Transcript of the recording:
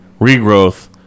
Regrowth